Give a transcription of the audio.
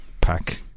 pack